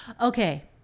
Okay